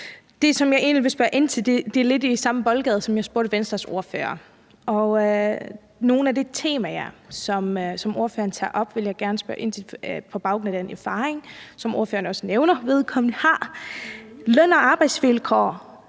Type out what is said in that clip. egentlig vil spørge ind til, er lidt i samme boldgade som det, jeg spurgte Venstres ordfører om. Nogle af de temaer, som ordføreren tager op, vil jeg gerne spørge ind til på baggrund af den erfaring, som ordføreren også nævner at hun har. Har I behandlet løn- og arbejdsvilkår